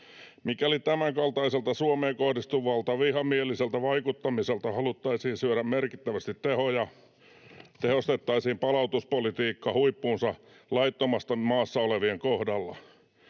Mikäli tämänkaltaiselta Suomeen kohdistuvalta vihamieliseltä vaikuttamiselta haluttaisiin syödä merkittävästi tehoja, tehostettaisiin palautuspolitiikka huippuunsa laittomasti maassa olevien kohdalla.